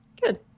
Good